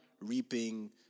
reaping